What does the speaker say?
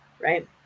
right